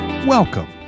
Welcome